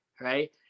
right